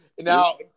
Now